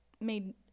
made